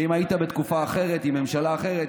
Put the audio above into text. שאם היית בתקופה אחרת עם ממשלה אחרת,